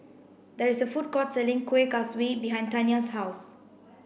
there is a food court selling Kuih Kaswi behind Taniya's house